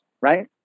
right